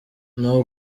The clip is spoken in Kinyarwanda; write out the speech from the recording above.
ntawe